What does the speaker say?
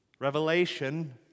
revelation